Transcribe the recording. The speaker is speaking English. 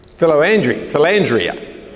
Philandria